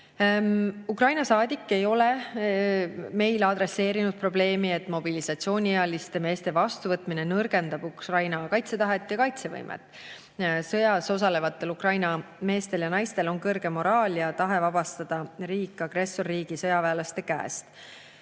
Ukraina saadik ei ole meile adresseerinud probleemi, et mobilisatsiooniealiste meeste vastuvõtmine nõrgendab Ukraina kaitsetahet ja kaitsevõimet. Sõjas osalevatel Ukraina meestel ja naistel on kõrge moraal ja tahe vabastada riik agressorriigi sõjaväelaste käest.